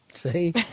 See